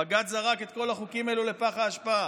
בג"ץ זרק את כל החוקים האלו לפח האשפה,